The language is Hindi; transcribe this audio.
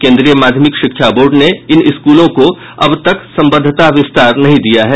केंद्रीय माध्यमिक शिक्षा बोर्ड ने इन स्कूलों को अब तक संबद्धता विस्तार नहीं दिया है